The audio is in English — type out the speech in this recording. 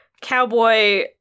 cowboy